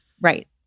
Right